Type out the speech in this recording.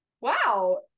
wow